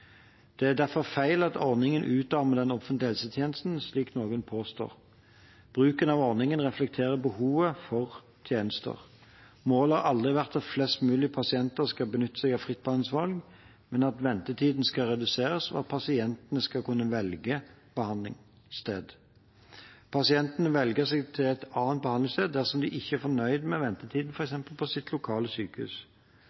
Det er derfor feil at ordningen utarmer den offentlige helsetjenesten, slik noen påstår. Bruken av ordningen reflekterer behovet for tjenester. Målet har aldri vært at flest mulig pasienter skal benytte seg av fritt behandlingsvalg, men at ventetiden skal reduseres, og at pasientene skal kunne velge behandlingssted. Pasientene velger seg til et annet behandlingssted dersom de ikke er fornøyd med ventetiden,